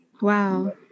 Wow